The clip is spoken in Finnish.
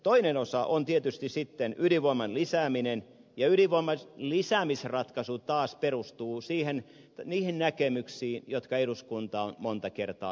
toinen osa on tietysti sitten ydinvoiman lisääminen ja ydinvoiman lisäämisratkaisu taas perustuu niihin näkemyksiin jotka eduskunta on monta kertaa kirjannut